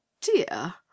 dear